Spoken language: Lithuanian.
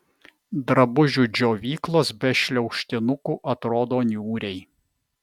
drabužių džiovyklos be šliaužtinukų atrodo niūriai